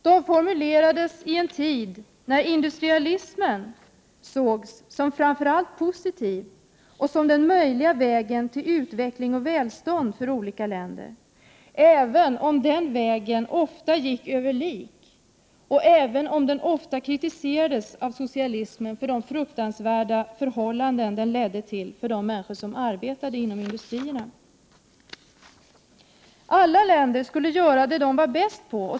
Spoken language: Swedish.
De formulerades i en tid när industrialismen sågs som framför allt positiv och som den möjliga vägen till utveckling och välstånd för alla länder, även om den vägen ofta gick över lik och även om den ofta kritiserades av socialismen för de fruktansvärda förhållanden den ledde till för de människor som arbetade inom industrierna. Alla länder skulle göra vad de var bäst på.